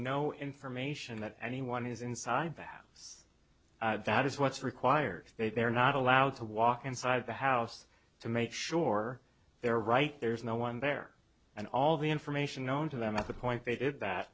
no information that anyone is inside the house that is what's required they're not allowed to walk inside the house to make sure they're right there's no one there and all the information known to them at that point they did that